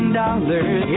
dollars